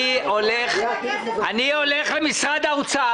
אני הולך למשרד האוצר.